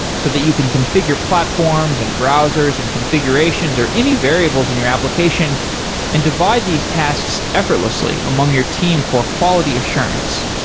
so that you can configure platforms and browsers and configurations or any variables in your application and divide these tasks effortlessly among your team for quality assurance.